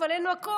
אבל אין מקום,